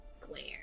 glare